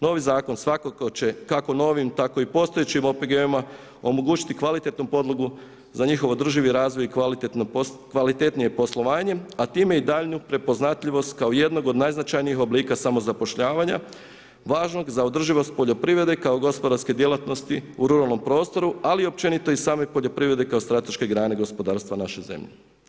Novi zakon svakako će kako novi tako i postojećim OPG-ovima omogućiti kvalitetnu podlogu za njihov održiv razvoj i kvalitetnije poslovanje a time i daljnjiju prepoznatljivost kao jednu od najznačajnijih oblika samozapošljavanja važnog za održivost poljoprivrede kao gospodarske djelatnosti u ruralnom prostoru ali i općenito i same poljoprivrede kao strateške grane gospodarstva naše zemlje.